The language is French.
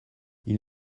ils